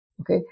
Okay